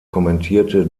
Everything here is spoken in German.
kommentierte